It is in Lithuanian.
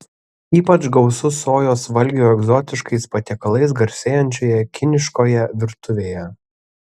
ypač gausu sojos valgių egzotiškais patiekalais garsėjančioje kiniškoje virtuvėje